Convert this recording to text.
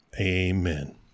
Amen